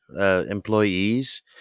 employees